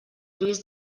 lluís